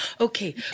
Okay